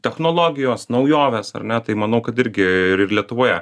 technologijos naujovės ar ne tai manau kad irgi ir lietuvoje